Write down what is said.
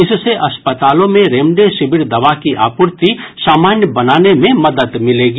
इससे अस्पतालों में रेमडेसिविर दवा की आपूर्ति सामान्य बनाने में मदद मिलेगी